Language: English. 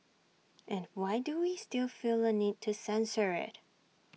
and why do we still feel A need to censor IT